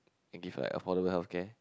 and give like affordable healthcare